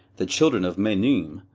the children of meunim,